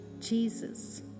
Jesus